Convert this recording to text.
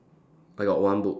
I got one book